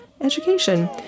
Education